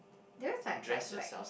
there's like like like